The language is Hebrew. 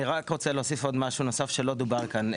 אני רק רוצה להוסיף עוד משהו נוסף שלא דובר כאן.